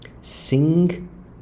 sing